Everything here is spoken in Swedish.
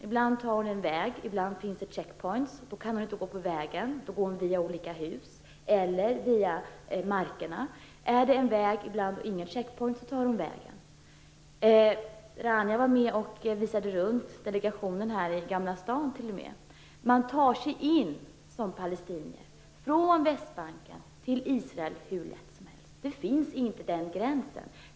Ibland tar hon en väg, men ibland finns där en checkpoint, och då kan hon inte gå på vägen utan går via olika hus eller över markerna. Rania var med och visade delegationen runt i gamla staden. Som palestinier tar man sig från Västbanken in till Israel hur lätt som helst. Det finns inte en gräns.